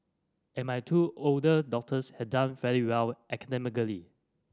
and my two older doctors had done fairly well academically